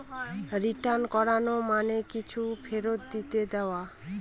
return করানো মানে কিছুকে ফেরত দিয়ে দেওয়া